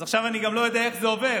אז עכשיו אני גם לא יודע איך זה עובר.